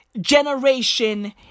generation